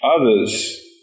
others